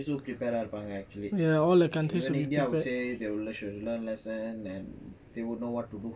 so prepare ah இருப்பாங்க:irupanga even india I will say they will learn lesson they will know what to do